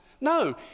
No